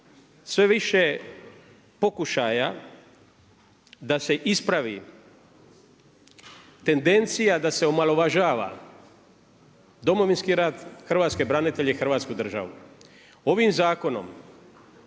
sve više pokušaja da se ispravi tendencija da se omalovažava Domovinski rat, hrvatske branitelje i Hrvatsku državu. Ovim zakonom